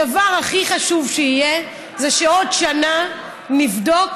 הדבר הכי חשוב שיהיה זה שבעוד שנה נבדוק